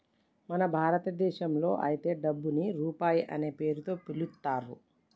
మన భారతదేశంలో అయితే డబ్బుని రూపాయి అనే పేరుతో పిలుత్తారు